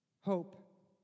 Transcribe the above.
hope